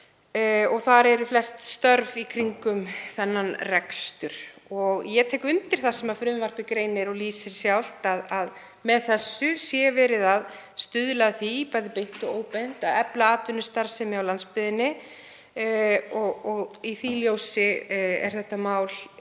Þar eru flest störf í kringum þennan rekstur. Ég tek undir það sem frumvarpið greinir og lýsir sjálft, að með þessu sé verið að stuðla að því, bæði beint og óbeint, að efla atvinnustarfsemi á landsbyggðinni. Í því ljósi er þetta mál um